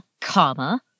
comma